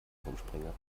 turmspringer